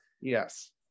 yes